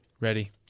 Ready